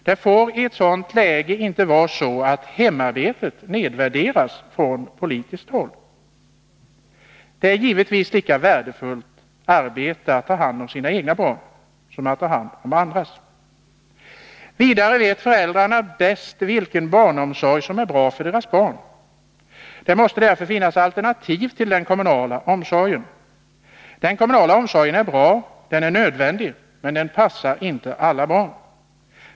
Det får i ett sådant läge inte vara så att hemarbetet nedvärderas från politiskt håll. Det är givetvis lika värdefullt arbete att ta hand om sina egna barn som att ta hand om andras. Vidare vet föräldrarna bäst vilken barnomsorgsform som är bra för deras barn. Det måste därför finnas alternativ till den kommunala barnomsorgen. Den kommunala barnomsorgen är bra, den är nödvändig, men den passar inte alla barn.